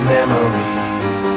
Memories